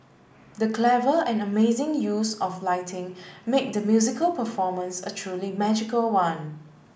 the clever and amazing use of lighting made the musical performance a truly magical one